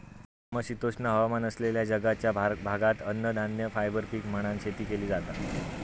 समशीतोष्ण हवामान असलेल्या जगाच्या भागात अन्नधान्य, फायबर पीक म्हणान शेती केली जाता